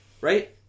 Right